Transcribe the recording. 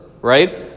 right